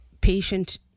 patient